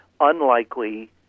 unlikely